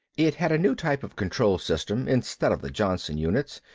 it had a new type of control system instead of the johnson units.